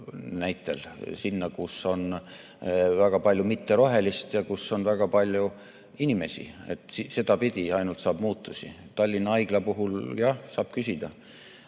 näitel, sinna, kus on väga palju mitterohelist ja kus on väga palju inimesi. Sedapidi ainult saab muutusi. Tallinna Haigla puhul saab küsida,